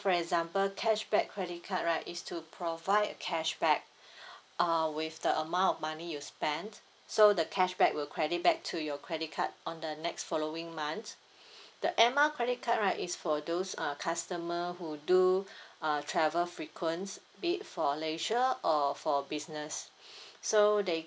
for example cashback credit card right is to provide cashback uh with the amount of money you spent so the cashback will credit back to your credit card on the next following month the air mile credit card right is for those uh customer who do err travel frequents be it for leisure or for business so they